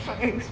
quite ex